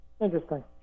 interesting